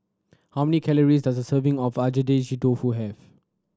how many calories does a serving of Agedashi Dofu have